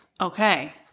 okay